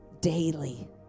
daily